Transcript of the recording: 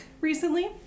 recently